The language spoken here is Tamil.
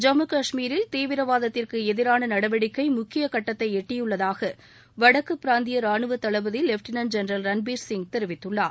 ஜம்மு கஷ்மீரில் தீவிரவாதத்திற்கு எதிரான நடவடிக்கை முக்கிய கட்டத்தை எட்டியுள்ளதாக வடக்கு பிராந்திய ராணுவ தளபதி லெப்டினன்ட் ஜெனரல் ரன்பீர் சிங் தெரிவித்துள்ளார்